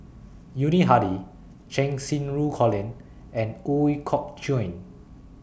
Yuni Hadi Cheng Xinru Colin and Ooi Kok Chuen